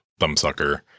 Thumbsucker